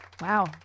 wow